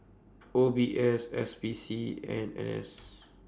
O B S S P C and N S